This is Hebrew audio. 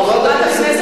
חברת הכנסת,